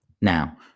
Now